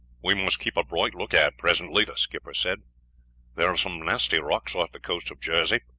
we must keep a bright lookout presently, the skipper said there are some nasty rocks off the coast of jersey.